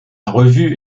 revue